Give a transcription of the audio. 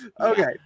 Okay